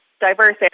diverse